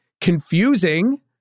confusing